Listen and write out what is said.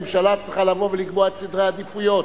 ממשלה צריכה לבוא ולקבוע את סדרי העדיפויות.